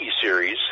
series